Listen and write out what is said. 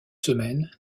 semaines